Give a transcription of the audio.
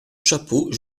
chapeau